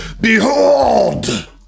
Behold